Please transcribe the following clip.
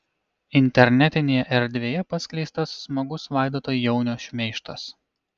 internetinėje erdvėje paskleistas smagus vaidoto jaunio šmeižtas